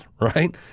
right